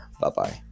bye-bye